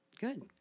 good